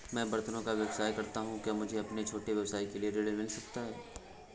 मैं बर्तनों का व्यवसाय करता हूँ क्या मुझे अपने छोटे व्यवसाय के लिए ऋण मिल सकता है?